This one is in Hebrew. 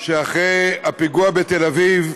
שאחרי הפיגוע בתל-אביב,